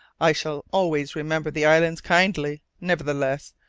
i shall always remember the islands kindly. nevertheless,